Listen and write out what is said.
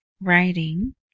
writing